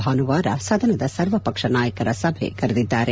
ಭಾನುವಾರ ಸದನದ ಸರ್ವಪಕ್ಷ ನಾಯಕರ ಸಭೆ ಕರೆದಿದ್ದಾರೆ